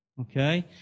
okay